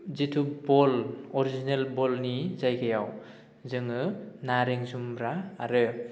जितु बल अरिजिनेल बलनि जायगायाव जोङो नारें जुम्ब्रा आरो